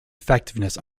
effectiveness